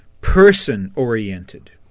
person-oriented